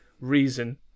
reason